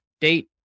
date